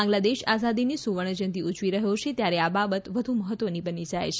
બાંગ્લાદેશ આઝાદીની સુવર્ણ જયંતી ઉજવી રહ્યો છે ત્યારે આ બાબત વધુ મહત્વની બની જાય છે